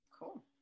Cool